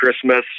Christmas